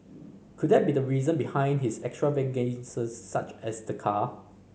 could that be the reason behind his extravagances such as the car